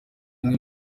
umwe